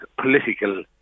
political